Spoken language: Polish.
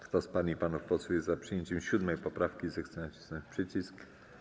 Kto z pań i panów posłów jest za przyjęciem 7. poprawki, zechce nacisnąć przycisk.